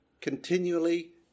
continually